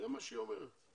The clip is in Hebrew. זה מה שהיא אומרת.